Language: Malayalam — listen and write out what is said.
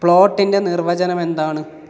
പ്ലോട്ടിൻ്റെ നിർവചനമെന്താണ്